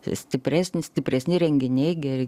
stipresnis stipresni renginiai geri